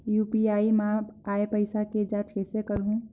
UPI मा आय पइसा के जांच कइसे करहूं?